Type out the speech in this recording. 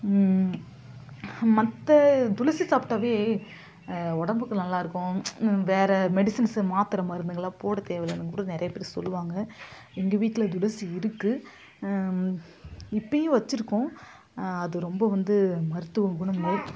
மற்ற துளசி சாப்பிட்டாவே உடம்புக்கு நல்லாயிருக்கும் வேற மெடிஸன்ஸு மாத்திரை மருந்துகளெலாம் போடத் தேவையில்லைனு கூட நிறைய பேர் சொல்லுவாங்க எங்கள் வீட்டில் துளசி இருக்குது இப்போயும் வச்சுருக்கோம் அது ரொம்ப வந்து மருத்துவ குணங்கள்